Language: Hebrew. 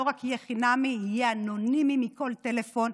רק יהיה חינמי אלא יהיה אנונימי מכל טלפון,